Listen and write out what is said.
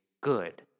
good